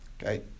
Okay